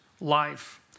life